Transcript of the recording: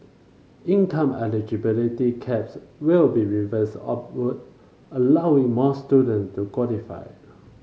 income eligibility caps will be revised upward allowing more student to qualify